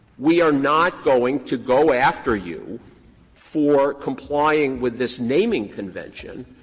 we are not going to go after you for complying with this naming convention,